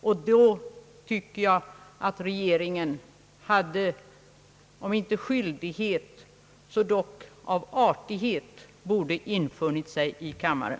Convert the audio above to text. Då borde, anser jag, regeringen, om inte av skyldighet så dock av artighet, ha infunnit sig i kammaren.